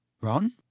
Ron